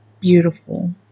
beautiful